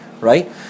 right